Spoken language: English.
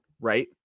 right